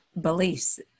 beliefs